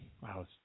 Wow